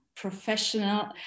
professional